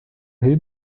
rei